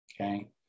okay